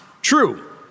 true